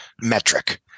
metric